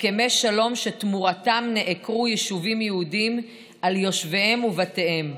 הסכמי שלום שתמורתם נעקרו יישובים יהודיים על יושביהם ובתיהם.